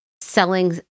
selling